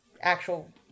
actual